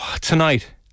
tonight